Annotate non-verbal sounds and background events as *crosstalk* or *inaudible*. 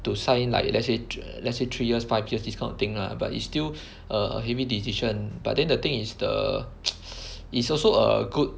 to sign like let's say let's say three years five years this kind of thing lah but it's still a heavy decision but then the thing is the *noise* is also a good